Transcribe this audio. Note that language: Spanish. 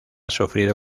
sufrido